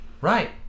right